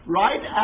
right